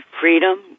freedom